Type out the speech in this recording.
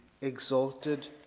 exalted